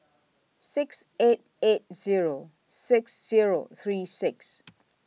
six eight eight Zero six Zero three six